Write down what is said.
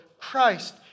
Christ